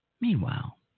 Meanwhile